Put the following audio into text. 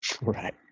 Right